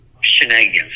shenanigans